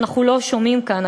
שאנחנו לא שומעים כאן,